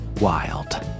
wild